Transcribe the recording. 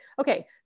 okay